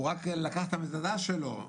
הוא רק לקח את המזוודה שלו,